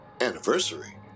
Anniversary